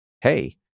hey